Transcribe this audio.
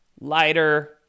Lighter